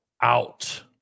out